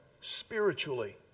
spiritually